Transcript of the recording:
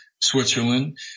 Switzerland